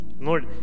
Lord